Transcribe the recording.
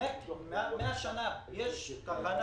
השנה יש כוונה